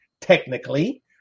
technically